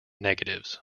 negatives